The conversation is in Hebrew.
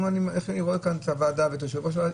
איך שאני רואה את הוועדה ואת יושב ראש הוועדה,